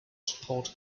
support